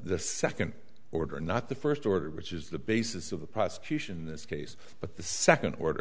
the second order not the first order which is the basis of the prosecution in this case but the second order